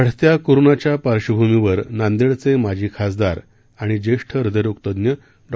वाढत्या कोरोनाच्या पार्श्वभूमीवर नांदेडचे माजी खासदार तथा ज्येष्ठ हृदयरोग तज्ञ डॉ